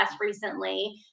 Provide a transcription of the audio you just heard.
recently